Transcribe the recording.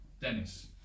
Dennis